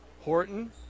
Horton